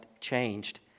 changed